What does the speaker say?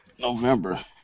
November